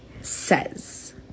says